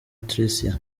tricia